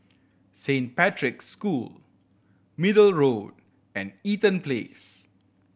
Saint Patrick's School Middle Road and Eaton Place